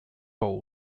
bowl